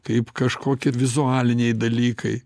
kaip kažkokie vizualiniai dalykai